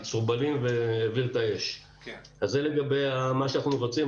זה לגבי מה שאנחנו מבצעים.